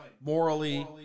Morally